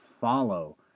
follow